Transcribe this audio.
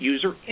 User